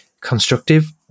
constructive